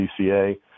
DCA